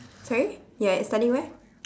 sorry you're at studying where